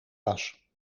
was